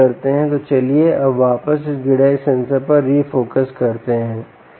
तो चलिए अब वापस इस ग्रिड आई सेंसर पर refocus करते हैं